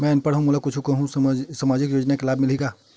मैं अनपढ़ हाव मोला कुछ कहूं सामाजिक योजना के लाभ मिलही का?